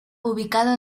ubicado